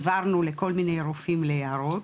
העברנו לכל מיני רופאים להערות,